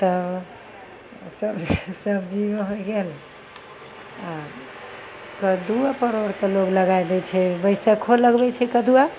तऽ सब सबजीमे होइ गेल आओर कद्दू आओर परोरके लोक लगै दै छै बैसक्खो लगबै छै कदुआ